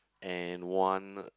and one